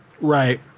Right